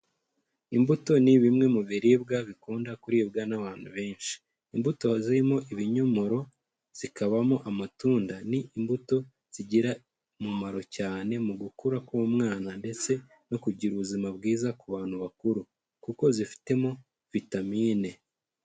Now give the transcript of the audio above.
Imbuto ni bimwe mu biribwa bikunda kuribwa n'abantu benshi. Imbuto zirimo ibinyomoro, zikabamo amatunda, ni imbuto zigira umumaro cyane mu gukura k'umwana ndetse no kugira ubuzima bwiza ku bantu bakuru kuko zifitemo vitamine.